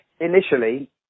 initially